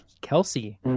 Kelsey